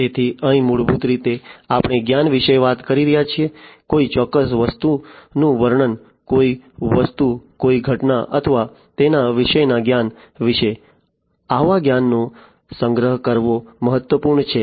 તેથી અહીં મૂળભૂત રીતે આપણે જ્ઞાન વિશે વાત કરી રહ્યા છીએ કોઈ ચોક્કસ વસ્તુનું વર્ણન કોઈ વસ્તુ કોઈ ઘટના અથવા તેના વિશેના જ્ઞાન વિશે આવા જ્ઞાનનો સંગ્રહ કરવો મહત્વપૂર્ણ છે